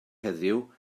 heddiw